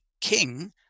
King